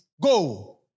Go